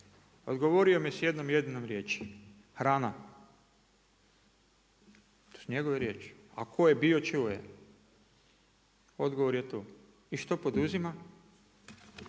Odgovorio mi je s jednom jedinom riječi – hrana. To su njegove riječi. A tko je bio čuo je. Odgovor je tu. I što poduzima?